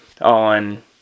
on